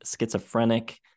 schizophrenic